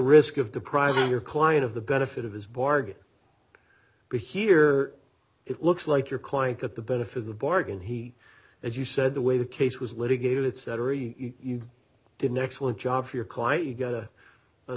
risk of depriving your client of the benefit of his bargain but here it looks like your client get the benefit of the bargain he as you said the way the case was litigated it's you didn't excellent job for your client you got a a